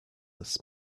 this